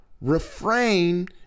Refrain